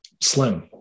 slim